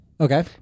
okay